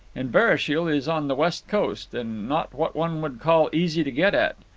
inverashiel is on the west coast, and not what one would call easy to get at.